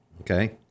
Okay